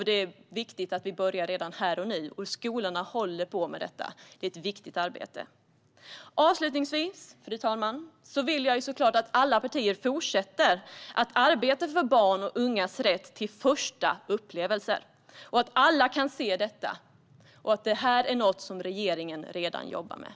Det är viktigt att vi börjar redan här och nu. Skolorna håller på med frågorna. Det är ett viktigt arbete. Fru talman! Jag vill att alla partier fortsätter arbetet för barns och ungas rätt till första upplevelser. Alla ska se detta. Regeringen jobbar redan med dessa frågor.